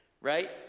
Right